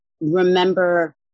Remember